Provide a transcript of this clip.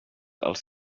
als